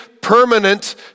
permanent